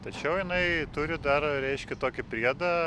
tačiau jinai turi dar reiškia tokį priedą